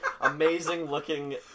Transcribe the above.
amazing-looking